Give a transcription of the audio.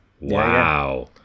wow